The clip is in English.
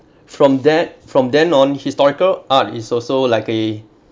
from that from then on historical art is also like a